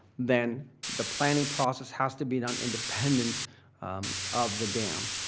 then the planning process has to be done independent of the dam.